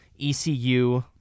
ECU